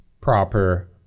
proper